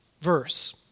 verse